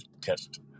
test